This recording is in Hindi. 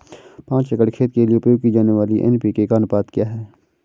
पाँच एकड़ खेत के लिए उपयोग की जाने वाली एन.पी.के का अनुपात क्या है?